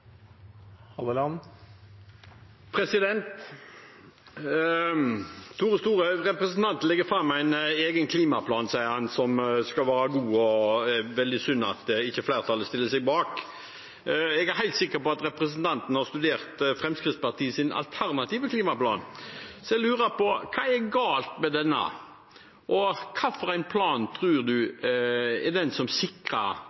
Representanten Tore Storehaug legger fram en egen klimaplan, sier han, som skal være god, og som det er veldig synd at ikke flertallet stiller seg bak. Jeg er helt sikker på at representanten har studert Fremskrittspartiets alternative klimaplan, så jeg lurer på: Hva er galt med den? Og hvilken plan